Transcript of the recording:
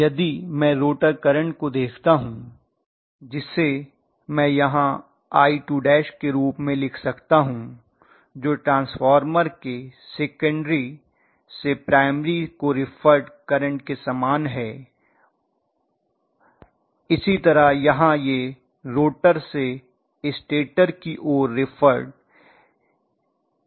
यदि मैं rotor current को देखता हूं जिसे मैं यहां I2 के रूप में लिख सकता हूं जो ट्रांसफार्मर के सेकेंडरी से प्राइमरी को रिफर्ड करंट के समान है उसी तरह यहां यह रोटर से स्टेटर की ओर रिफर्ड करंट है